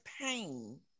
pain